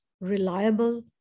reliable